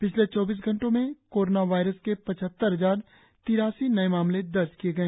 पिछले चौबीस घंटे में कोरोना वायरस के पचहत्तर हजार तिरासी नए मामले दर्ज किए गए